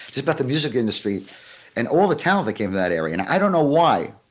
just about the music industry and all the talent that came in that area. and i don't know why.